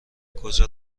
کجا